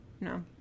no